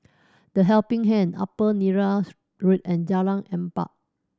The Helping Hand Upper Neram Road and Jalan Empat